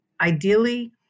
ideally